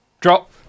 Drop